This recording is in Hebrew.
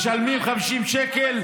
משלמים 50 שקל.